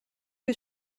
que